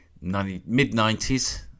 mid-90s